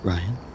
Ryan